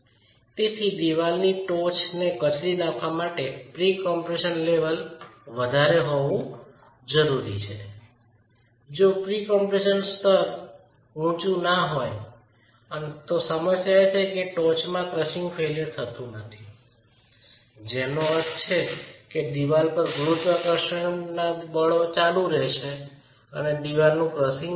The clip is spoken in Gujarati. ચણતર ની ટોચ ને કચડી નાખવા માટે પ્રી કમ્પ્રેશન લેવલ ઊચું હોવું જરૂરી છે જો પ્રી કમ્પ્રેશનનું સ્તર ઉચું ન હોય તો સમસ્યા છે કે ટોચમાં ક્રશિંગ ફેઇલ્યર થતું નથી જેનો અર્થ છે કે દિવાલ પર ગુરુત્વાકર્ષણ દળો ચાલુ રહેશે અને દિવાલ ક્રસીગ નહીં થાય